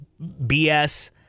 BS